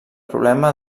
problema